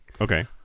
Okay